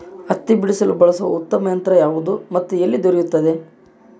ಹತ್ತಿ ಬಿಡಿಸಲು ಬಳಸುವ ಉತ್ತಮ ಯಂತ್ರ ಯಾವುದು ಮತ್ತು ಎಲ್ಲಿ ದೊರೆಯುತ್ತದೆ?